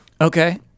Okay